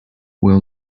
will